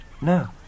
No